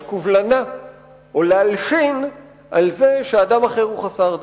קובלנה או להלשין על זה שאדם אחר הוא חסר דת.